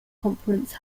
conference